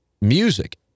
music